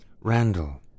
Randall